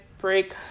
break